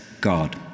God